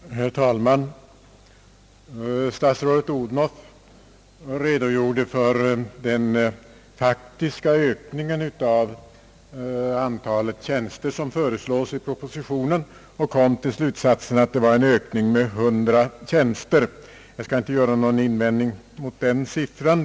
Herr talman! Statsrådet Odhnoff redogjorde för den faktiska ökningen av det antal tjänster som föreslås i propositionen och kom till den slutsatsen, att det var fråga om en reell ökning med 100 tjänster. Jag skall inte göra någon invändning mot den siffran.